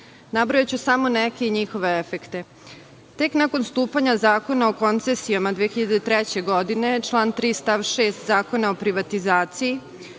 Nabrojaću samo neke njihove efekte. Tek nakon stupanja Zakona o koncesijama 2003. godine, član 3. stav 6. Zakona o privatizaciji,